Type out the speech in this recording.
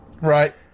Right